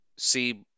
See